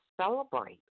celebrate